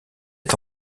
est